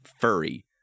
furry